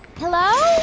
hello.